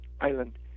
Island